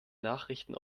nachrichten